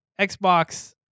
Xbox